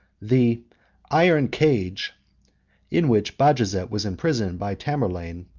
the iron cage in which bajazet was imprisoned by tamerlane,